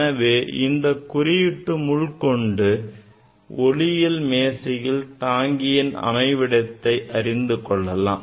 எனவே இந்த குறியீட்டு முள் கொண்டு ஒளியியல் மேசையில் தாங்கியின் அமைவிடத்தை அறிந்துகொள்ளலாம்